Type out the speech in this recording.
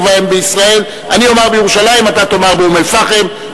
אני אומר בירושלים ואתה באום-אל-פחם,